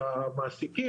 למעסיקים,